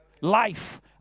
life